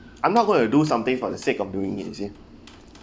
I'm not going to do something for the sake of doing it you see